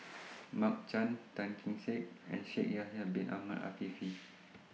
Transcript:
Mark Chan Tan Kee Sek and Shaikh Yahya Bin Ahmed Afifi